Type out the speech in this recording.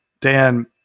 Dan